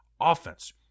offense